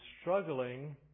struggling